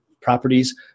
properties